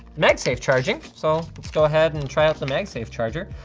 magsafe charging, so let's go ahead and try out the magsafe charger.